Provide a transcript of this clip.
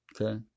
Okay